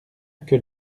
que